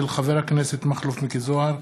של חבר הכנסת מכלוף מיקי זוהר.